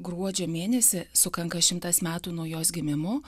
gruodžio mėnesį sukanka šimtas metų nuo jos gimimo